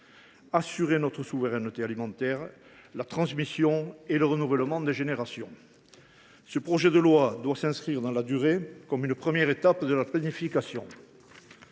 assurer notre souveraineté alimentaire, la transmission et le renouvellement des générations. Ce projet de loi doit s’inscrire dans la durée comme une première étape de planification.